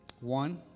One